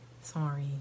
Sorry